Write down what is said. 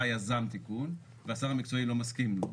יזם תיקון והשר המקצועי לא מסכים לו.